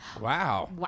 wow